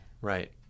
Right